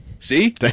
See